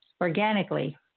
Organically